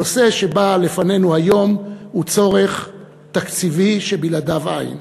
הנושא שבא לפנינו היום הוא צורך תקציבי שבלעדיו אין.